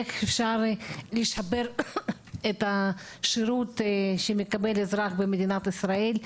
איך אפשר לשפר את השירות שמקבל אזרח במדינת ישראל.